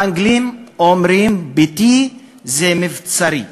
האנגלים אומרים: ביתי הוא מבצרי.